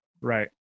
Right